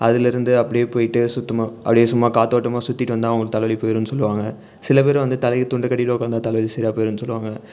அதிலருந்து அப்படியே போய்விட்டு சுத்தமாக அப்படியே சும்மா காற்றோட்டமா சுற்றிட்டு வந்தால் அவங்களுக்கு தலை வலி போய்டுன்னு சொல்லுவாங்க சில பேர் வந்து தலைக்கு துண்டை கட்டிகிட்டு உட்காந்தா தலை வலி சரியாக போய்டுன்னு சொல்லுவாங்க